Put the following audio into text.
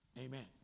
Amen